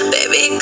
Baby